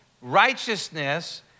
righteousness